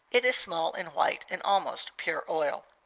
it is small and white, and almost pure oil.